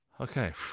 Okay